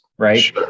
Right